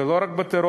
ולא רק בטרור,